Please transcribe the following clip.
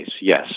Yes